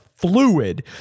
fluid